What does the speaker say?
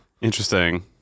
interesting